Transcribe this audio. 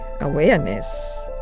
awareness